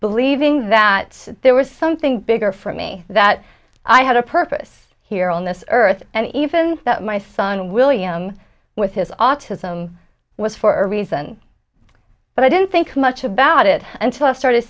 believing that there was something bigger for me that i had a purpose here on this earth and even that my son william with his autism was for a reason but i didn't think much about it until i started